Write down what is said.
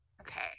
Okay